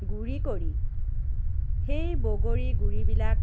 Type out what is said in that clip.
গুৰি কৰি সেই বগৰীৰ গুৰিবিলাক